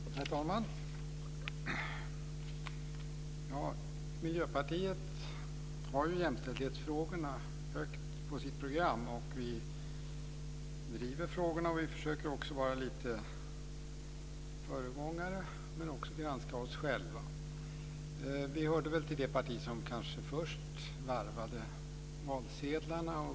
Herr talman! Miljöpartiet har ju jämställdhetsfrågorna högt på sitt program. Vi driver frågorna, och vi försöker att vara lite föregångare men också granska oss själva. Vi hörde väl till det parti som kanske först varvade valsedlarna.